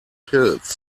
pills